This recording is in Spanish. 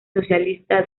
socialista